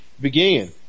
began